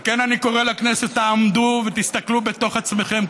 על כן אני קורא לכנסת: תעמדו ותסתכלו בתוך עצמכם,